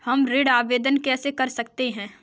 हम ऋण आवेदन कैसे कर सकते हैं?